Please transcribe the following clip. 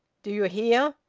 do you hear?